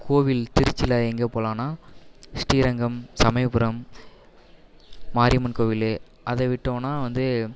கோவில் திருச்சியில் எங்கே போலாம்னா ஸ்ரீரங்கம் சமயபுரம் மாரியம்மன் கோவில் அதை விட்டோம்னா வந்து